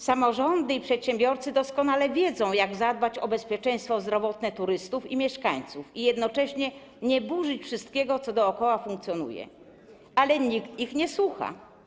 Samorządy i przedsiębiorcy doskonale wiedzą, jak zadbać o bezpieczeństwo zdrowotne turystów i mieszkańców i jednocześnie nie burzyć wszystkiego, co dookoła funkcjonuje, ale nikt ich nie słucha.